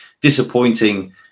disappointing